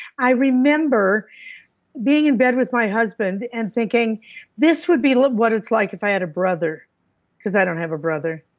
i remember being in bed with my husband and thinking this would be what it's like if i had a brother because i don't have a brother.